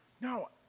No